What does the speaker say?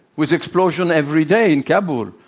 with explosions every day in kabul.